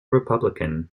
republican